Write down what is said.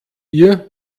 ihr